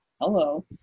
Hello